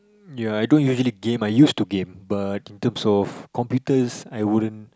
I don't usually game I used to game but in terms of computers I wouldn't